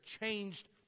changed